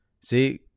See